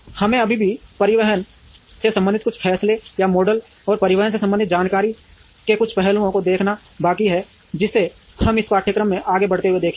हमें अभी भी परिवहन से संबंधित कुछ फैसले या मॉडल और परिवहन से संबंधित जानकारी के कुछ पहलुओं को देखना बाकी है जिसे हम इस पाठ्यक्रम में आगे बढ़ते हुए देखेंगे